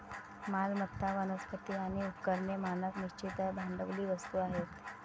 मालमत्ता, वनस्पती आणि उपकरणे मानक निश्चित भांडवली वस्तू आहेत